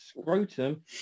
scrotum